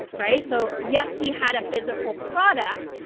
right? so yes, we had a physical product,